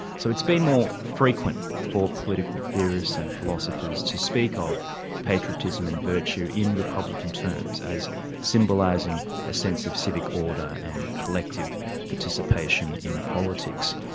so it's been more frequent for political theorists and philosophers to speak of patriotism and virtue in republican terms as symbolising a sense of civic order and collective participation in politics.